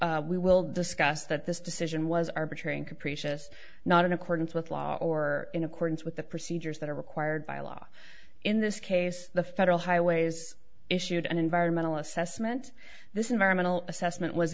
a we will discuss that this decision was arbitrary and capricious not in accordance with law or in accordance with the procedures that are required by law in this case the federal highways issued an environmental assessment this environmental assessment was